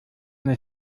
eine